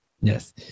yes